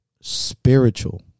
spiritual